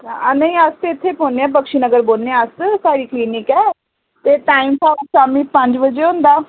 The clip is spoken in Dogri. नेईं अस इत्थै बौह्ने आं बक्शीनगर बौह्ने आं अस साढ़ी क्लिनिक ऐ ते टाइम साढ़ा शामी पंज बजे होंदा